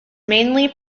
mainly